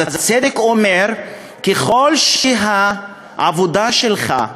הצדק אומר: ככל שהעבודה שלך,